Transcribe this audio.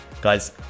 Guys